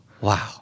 Wow